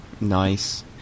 nice